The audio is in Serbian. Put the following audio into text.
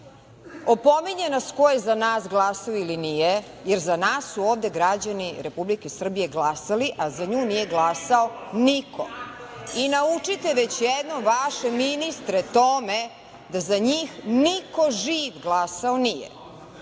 opominje nas ko je za nas glasao ili nije, jer za nas su ovde građani Republike Srbije glasali, a za nju nije glasao niko. Naučite već jednom vaše ministre tome da za njih niko živ glasao